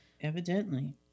Evidently